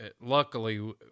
luckily